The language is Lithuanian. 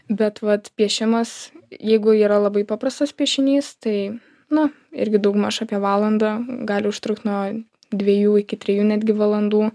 bet vat piešimas jeigu yra labai paprastas piešinys tai na irgi daugmaž apie valandą gali užtrukt nuo dviejų iki trijų netgi valandų